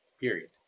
period